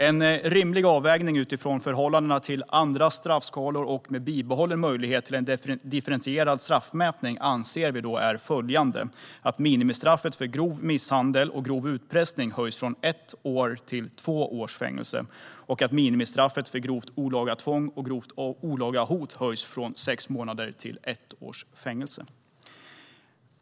En rimlig avvägning utifrån förhållandena till andra straffskalor och med bibehållen möjlighet till en differentierad straffmätning anser vi är: att minimistraffet för grov misshandel och grov utpressning höjs från ett års till två års fängelse att minimistraffet för grovt olaga tvång och grovt olaga hot höjs från sex månaders till ett års fängelse.